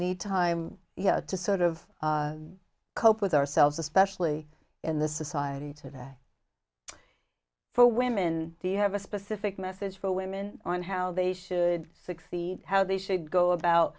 need time to sort of cope with ourselves especially in this society today for women do you have a specific message for women on how they should succeed how they should go about